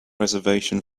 reservation